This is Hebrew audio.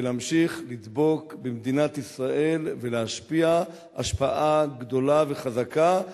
ולהמשיך לדבוק במדינת ישראל ולהשפיע השפעה גדולה וחזקה.